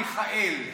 מיכאל".